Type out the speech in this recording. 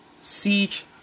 Siege